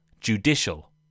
Judicial